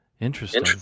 Interesting